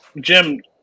Jim